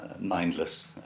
mindless